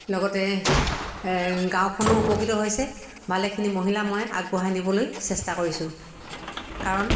লগতে গাঁওখনো উপকৃত হৈছে ভালেখিনি মহিলা মই আগবঢ়াই নিবলৈ চেষ্টা কৰিছোঁ কাৰণ